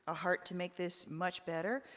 ah heart to make this much better.